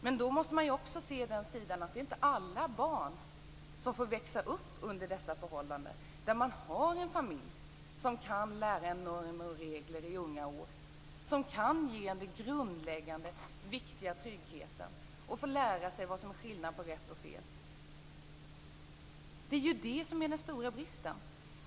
Men då måste man också se den sidan att inte alla barn får växa upp under sådana förhållanden att de har en familj som kan lära dem normer och regler i unga år, ge dem den grundläggande viktiga tryggheten och lära dem skillnaden mellan rätt och fel. Det är ju det som är den stora bristen.